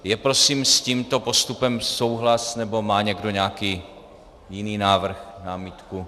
Je prosím s tímto postupem souhlas, nebo má někdo nějaký jiný návrh, námitku?